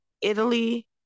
Italy